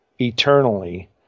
eternally